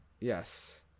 Yes